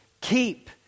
Keep